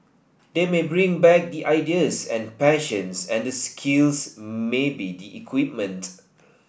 they may bring back the ideas and the passions and the skills maybe the equipment